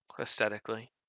Aesthetically